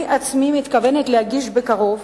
אני עצמי מתכוונת להגיש בקרוב